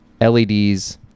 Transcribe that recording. LEDs